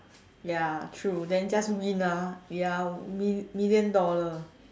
ya true then just win ah ya mil~ million dollar